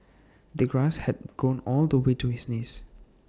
the grass had grown all the way to his knees